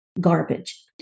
garbage